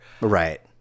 Right